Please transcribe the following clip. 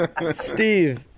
Steve